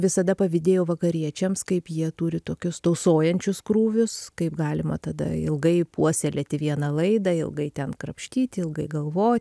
visada pavydėjau vakariečiams kaip jie turi tokius tausojančius krūvius kaip galima tada ilgai puoselėti vieną laidą ilgai ten krapštyti ilgai galvo